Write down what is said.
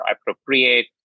appropriate